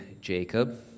Jacob